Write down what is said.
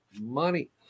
money